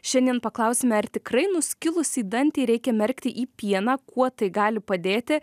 šiandien paklausime ar tikrai nuskilusį dantį reikia merkti į pieną kuo tai gali padėti